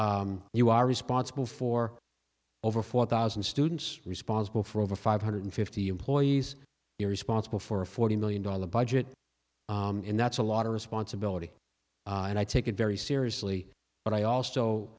you are responsible for over four thousand students responsible for over five hundred fifty employees you're responsible for a forty million dollar budget and that's a lot of responsibility and i take it very seriously but i also